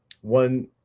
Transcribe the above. one